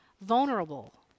Vulnerable